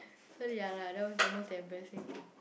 so ya lah that was the most embarrassing thing